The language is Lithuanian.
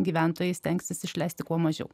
gyventojai stengsis išleisti kuo mažiau